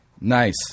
Nice